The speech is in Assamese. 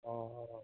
অঁ অঁ